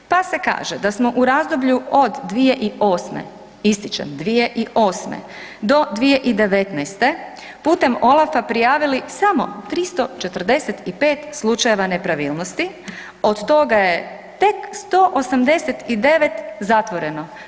Pa se kaže, da smo u razdoblju od 2008., ističem 2008. do 2019. putem OLAF-a prijavili samo 345 slučajeva nepravilnosti, od toga je tek 189 zatvoreno.